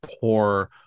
poor